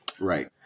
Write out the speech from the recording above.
right